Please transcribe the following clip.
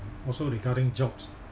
also regarding jobs